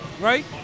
right